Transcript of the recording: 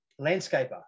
landscaper